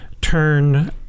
turn